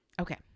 Okay